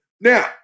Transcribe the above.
Now